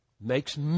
makes